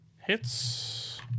hits